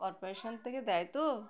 corporation থেকে দেয় তো